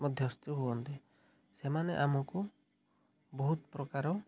ମଧ୍ୟସ୍ଥି ହୁଅନ୍ତି ସେମାନେ ଆମକୁ ବହୁତ ପ୍ରକାର